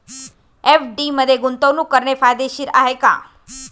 FD मध्ये गुंतवणूक करणे फायदेशीर आहे का?